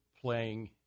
playing